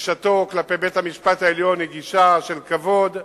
גישתו כלפי בית-המשפט העליון היא גישה של כבוד,